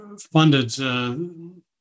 funded